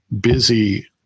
busy